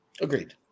Agreed